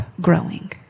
growing